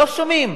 לא שומעים.